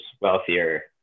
wealthier